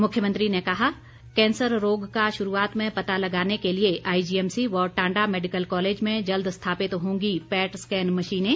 मुख्यमंत्री ने कहा कैंसर रोग का श्रूआत में पता लगाने के लिए आईजीएमसी व टांडा मैडिकल कॉलेज में जल्द स्थापित होंगी पैट स्कैन मशीनें